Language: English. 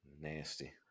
Nasty